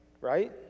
right